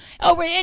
over